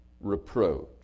reproach